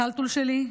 טלטול שלי,